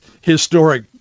historic